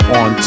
on